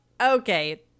okay